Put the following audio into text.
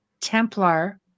Templar